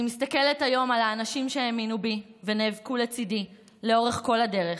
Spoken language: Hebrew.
אני מסתכלת היום על האנשים שהאמינו בי ונאבקו לצידי לאורך כל הדרך,